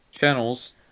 channels